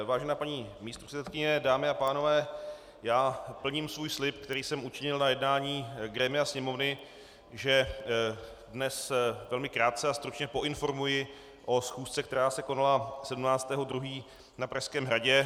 Vážená paní místopředsedkyně, dámy a pánové, plním svůj slib, který jsem učinil na jednání grémia Sněmovny, že dnes velmi krátce a stručně poinformuji o schůzce, která se konala 17 2. na Pražském hradě.